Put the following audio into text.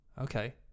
okay